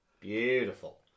Beautiful